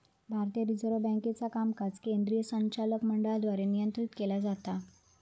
भारतीय रिझर्व्ह बँकेचा कामकाज केंद्रीय संचालक मंडळाद्वारे नियंत्रित केला जाता